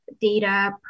data